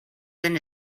than